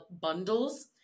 bundles